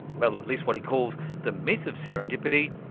well, at least what he calls the myth of serendipity,